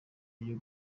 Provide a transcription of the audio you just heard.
iyo